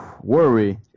Worry